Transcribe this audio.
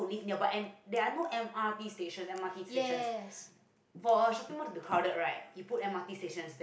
yes